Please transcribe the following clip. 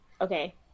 Okay